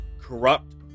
corrupt